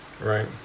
right